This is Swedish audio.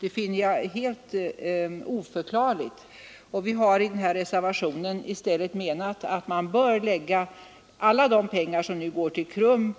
Detta anser jag vara helt oförklarligt, och vi har i reservationen i stället menat att man bör lägga alla de pengar som nu går till KRUM